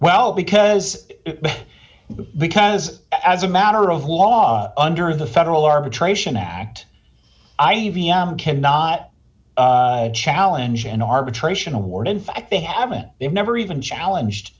well because because as a matter of law under the federal arbitration act i v m cannot challenge an arbitration award in fact they haven't they've never even challenged